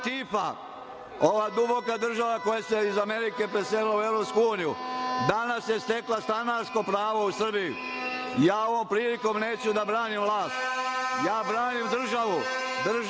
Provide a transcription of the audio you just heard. ova duboka država koja se iz Amerike preselila u EU, danas je stekla stanarsko pravo u Srbiji. Ja ovom prilikom neću da branim vlast, ja branim državu, država